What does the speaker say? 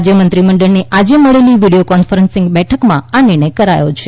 રાજ્ય મંત્રીમંડળની આજે મળેલી વીડિયો કોન્ફરન્સિંગ બેઠકમાં આ નિર્ણય કરાયો છે